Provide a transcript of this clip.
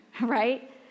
right